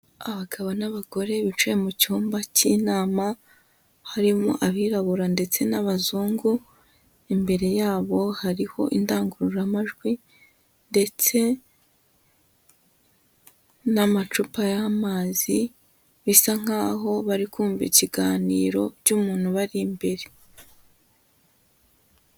Abagabo n'abagore bicaye mu cyumba cy'inama, harimo abirabura ndetse n'abazungu, imbere yabo hariho indangururamajwi ndetse n'amacupa y'amazi, bisa nkaho bari kumva ikiganiro cy'umuntu ubari imbere.